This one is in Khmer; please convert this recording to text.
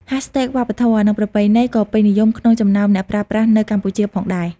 hashtag វប្បធម៌ និងប្រពៃណីក៏ពេញនិយមក្នុងចំណោមអ្នកប្រើប្រាស់នៅកម្ពុជាផងដែរ។